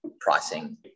pricing